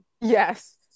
yes